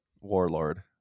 warlord